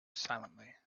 silently